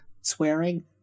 swearing